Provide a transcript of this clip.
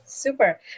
Super